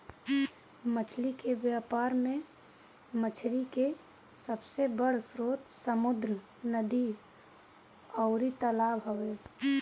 मछली के व्यापार में मछरी के सबसे बड़ स्रोत समुंद्र, नदी अउरी तालाब हवे